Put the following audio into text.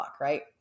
right